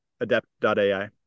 Adept.ai